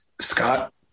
Scott